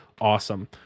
awesome